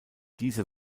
diese